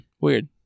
Weird